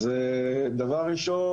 אז דבר ראשון,